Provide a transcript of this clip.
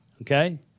okay